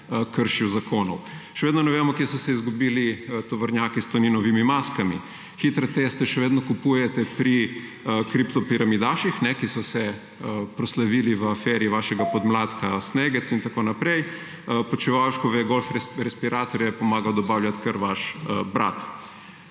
kršil zakonov. Še vedno ne vemo, kje so se izgubili tovornjaki s Toninovimi maskami, hitre teste še vedno kupujete pri kriptopiramidaših, ki so se proslavili v aferi vašega podmladka »snegec« in tako naprej, Počivalškove golf respiratorje je pomagal dobavljati kar vaš brat.